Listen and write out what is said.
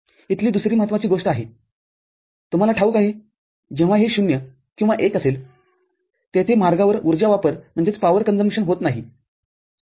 इथली दुसरी महत्वाची गोष्ट आहे तुम्हाला ठाऊक आहे जेव्हा हे ० किंवा १ असेलतेथे मार्गावर ऊर्जा वापर होत नाही